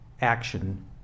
action